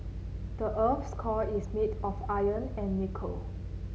the earth's core is made of iron and nickel